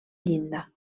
llinda